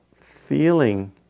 feeling